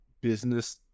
business